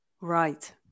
Right